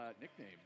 nickname